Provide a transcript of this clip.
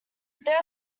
there